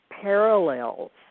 parallels